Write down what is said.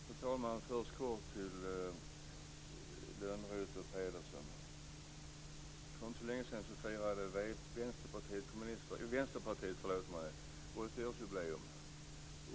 Fru talman! Först vill jag kort säga något till Lönnroth och Pedersen. För inte så länge sedan firade Vänsterpartiet 80-årsjubileum.